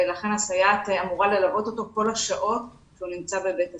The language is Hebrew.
ולכן הסייעת אמורה ללוות אותו כל השעות שהוא נמצא בבית הספר.